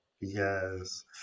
Yes